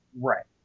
right